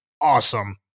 awesome